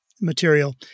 material